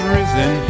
risen